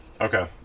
Okay